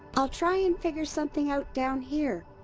i'll try and figure something out down here.